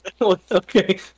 Okay